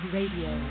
Radio